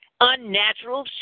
unnatural